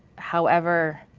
however,